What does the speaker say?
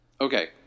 okay